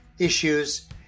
issues